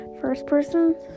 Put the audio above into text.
first-person